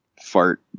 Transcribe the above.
fart